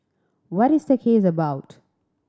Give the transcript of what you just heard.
what is the case about